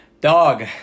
Dog